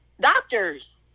doctors